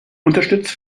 unterstützt